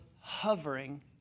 hovering